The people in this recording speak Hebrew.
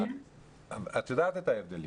את יודעת את ההבדלים.